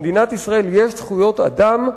במדינת ישראל יש זכויות אדם,